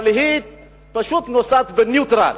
אבל היא פשוט נוסעת בניוטרל.